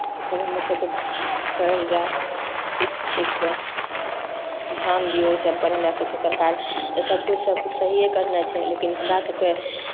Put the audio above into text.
ई सब हमर सबकेँ करल जाए ठीकसँ ध्यान दियौ ई सब पर हमरा सबकेँ सरकार तऽ सब किछु सहीये करने छै लेकिन हमरा सबकेँ